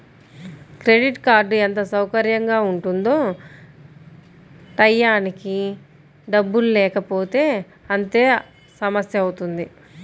credit card ఎంత సౌకర్యంగా ఉంటుందో టైయ్యానికి డబ్బుల్లేకపోతే అంతే సమస్యవుతుంది